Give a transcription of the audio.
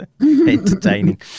entertaining